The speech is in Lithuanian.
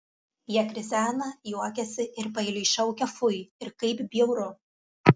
jie krizena juokiasi ir paeiliui šaukia fui ir kaip bjauru